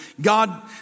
God